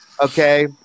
Okay